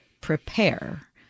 prepare